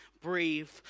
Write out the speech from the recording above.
breathe